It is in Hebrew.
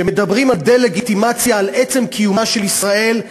שמדברים על דה-לגיטימציה לעצם קיומה של ישראל,